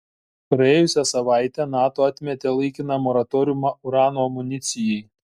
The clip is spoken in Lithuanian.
praėjusią savaitę nato atmetė laikiną moratoriumą urano amunicijai